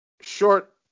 short